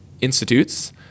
institutes